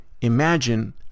imagine